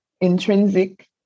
intrinsic